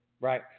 Right